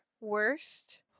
Worst